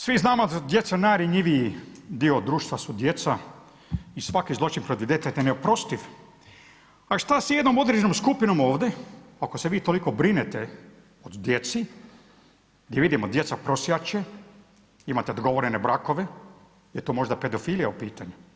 Svi znamo da su djeca najranjiviji dio društva, i svaki zločin protiv djeteta je neoprostiv, a šta s jednom određenom skupinom ovdje ako se vi toliko brinete o djeci i vidimo djeca prosjače, imate dogovorene brakove, jel' to možda pedofilija u pitanju?